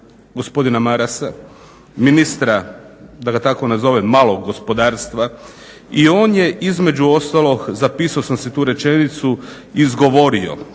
gospodina Marasa, ministra da ga tako nazovem malog gospodarstva i on je između ostalog, zapisao sam si tu rečenicu, izgovorio